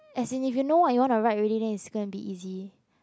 as in if you know what you wanna write already then it's gonna be easy